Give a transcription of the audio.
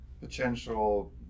potential